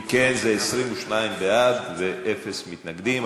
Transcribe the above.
אם כן, זה 22 בעד, ואפס מתנגדים.